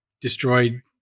destroyed